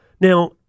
Now